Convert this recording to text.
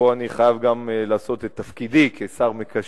ופה אני חייב גם לעשות את תפקידי כשר מקשר.